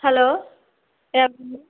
hello ఎవరు అండి